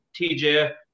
TJ